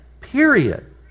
period